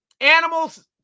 animals